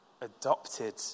adopted